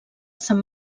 sant